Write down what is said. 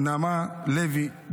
נעמה לוי,